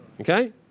Okay